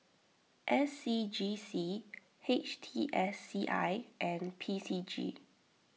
S C G C H T S C I and P C G